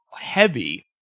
heavy